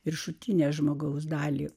viršutinę žmogaus dalį